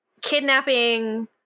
Kidnapping